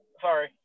Sorry